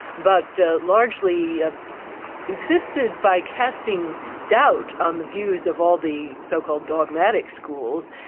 but largely existed by casting doubt on the views of all the so-called dogmatic schools,